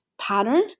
pattern